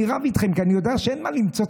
אני רב איתכם כי אני יודע שאין מה למצוץ